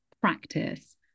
practice